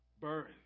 Birth